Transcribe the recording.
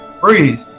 breathe